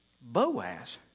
Boaz